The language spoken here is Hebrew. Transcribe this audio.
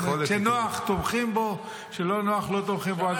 כשנוח תומכים בו, כשלא נוח לא תומכים בו.